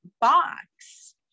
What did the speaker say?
box